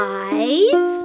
eyes